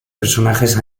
personajes